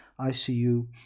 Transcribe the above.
ICU